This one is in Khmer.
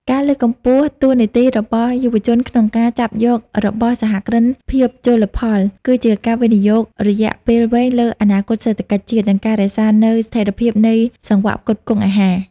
ការលើកកម្ពស់តួនាទីរបស់យុវជនក្នុងការចាប់យករបរសហគ្រិនភាពជលផល គឺជាការវិនិយោគរយៈពេលវែងលើអនាគតសេដ្ឋកិច្ចជាតិ និងការរក្សានូវស្ថិរភាពនៃសង្វាក់ផ្គត់ផ្គង់អាហារ។